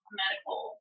medical